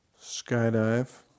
skydive